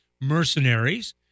mercenaries